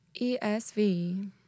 ESV